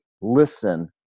listen